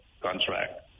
contract